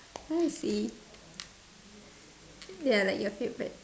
want to see ya like your favourite